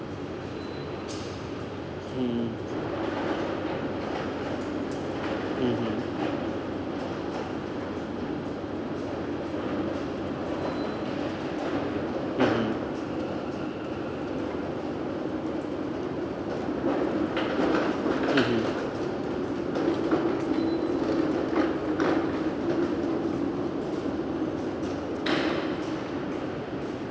mm mmhmm mmhmm mmhmm